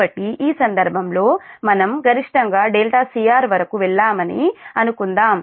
కాబట్టి ఈ సందర్భంలో మనం గరిష్టంగా δcr వరకు వెళ్ళామని అనుకుందాం